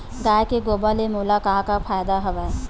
गाय के गोबर ले मोला का का फ़ायदा हवय?